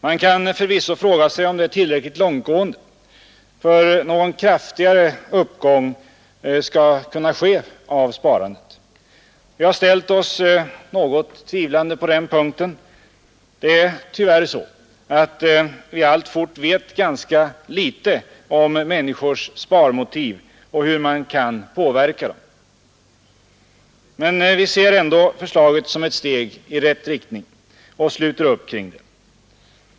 Man kan förvisso fråga sig om det är tillräckligt långtgående för att någon kraftigare uppgång skall ske av sparandet. Vi har ställt oss något tvivlande på den punkten. Det är tyvärr så att vi alltfort vet ganska litet om människors sparmotiv och hur man kan påverka dem. Vi ser ändå förslaget som ett steg i rätt riktning och sluter upp kring det.